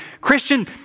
Christian